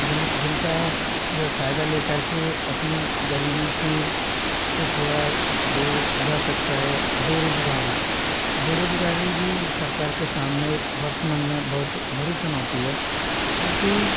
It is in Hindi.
जिन जिनका वे फ़ायदा ले करके अपनी गरीबी की से थोड़ा दूर जा सकता है बेरोज़गारी बेरोज़गारी भी सरकार के सामने वर्तमान में बहुत बड़ी चुनौती है क्योंकि